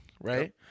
right